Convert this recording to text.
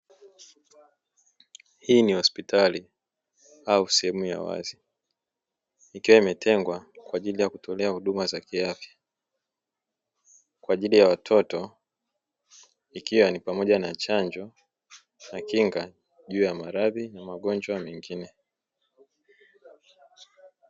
Hii ni hospitali au sehemu ya wazi, ikiwa imetengwa kwa ajili ya kutolea huduma za kiafya, kwa ajili ya watoto, ikiwa ni pamoja na chanjo, na kinga juu ya maradhi na magonjwa mengine.